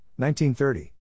1930